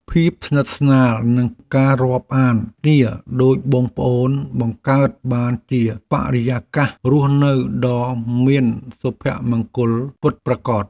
ភាពស្និទ្ធស្នាលនិងការរាប់អានគ្នាដូចបងប្អូនបង្កើតបានជាបរិយាកាសរស់នៅដ៏មានសុភមង្គលពិតប្រាកដ។